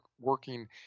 working